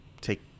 take